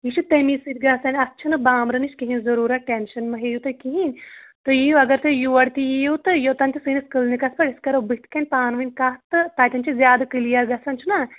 یہِ چھِ تٔمی سۭتۍ گژھان اَتھ چھُنہٕ بانٛبرَنٕچ کِہیٖنٛۍ ضٔروٗرت ٹیٚنٛشَن مہٕ ہیٚیِو تُہۍ کِہیٖنٛۍ تُہۍ یِیِو اگر تُہۍ یور تہِ یِیِو تہٕ ییٚتیٚن تہِ سٲنِس کٕلنِکَس پیٚٹھ أسۍ کَرو بٔتھِ کَنۍ پانہٕ وٲنۍ کَتھ تہٕ تَتیٚن چھِ زیادٕ کٕلیَر گژھان چھُنا